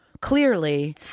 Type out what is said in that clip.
clearly